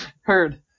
Heard